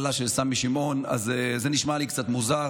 סמי שמעון, זה נשמע לי קצת מוזר.